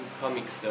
comics